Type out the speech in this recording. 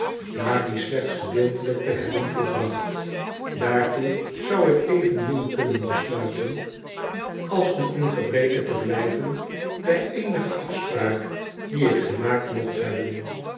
na die slechts gedeeltelijk te hebben volbracht daartoe zou ik evenmin kunnen besluiten als om in gebreke te blijven bij eenige afspraak die ik gemaakt mocht hebben